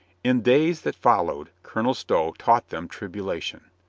in days that followed colonel stow taught them tribulation.